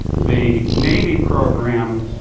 the navy program